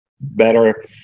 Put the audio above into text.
better